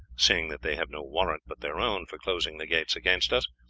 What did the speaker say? seeing that they have no warrant but their own for closing the gates against us,